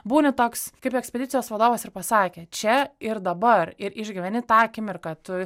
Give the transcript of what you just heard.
būni toks kaip ekspedicijos vadovas ir pasakė čia ir dabar ir išgyveni tą akimirką tu